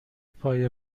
پای